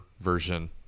version